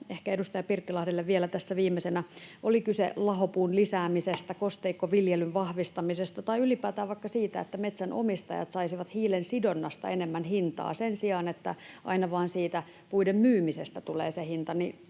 Ehkä edustaja Pirttilahdelle vielä, tässä viimeisenä: Oli sitten kyse lahopuun lisäämisestä, kosteikkoviljelyn vahvistamisesta tai ylipäätään vaikka siitä, että metsänomistajat saisivat hiilen sidonnasta enemmän hintaa sen sijaan, että aina vain siitä puiden myymisestä tulee se hinta,